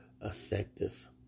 effective